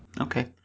Okay